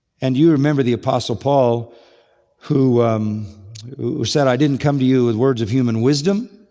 and you remember the apostle paul who who said, i didn't come to you with words of human wisdom.